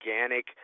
organic